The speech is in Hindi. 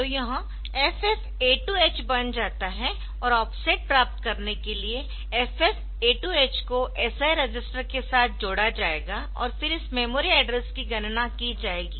तो यह FFA2H बन जाता है और ऑफसेट प्राप्त करने के लिए FFA2H को SI रजिस्टर के साथ जोड़ा जाएगा और फिर इस मेमोरी एड्रेस की गणना की जाएगी